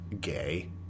gay